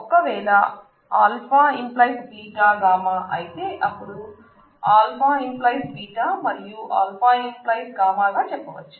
ఒకవేళ α → β γ అయితే అపుడు α → β మరియు α → γ గా చెప్పవచ్చు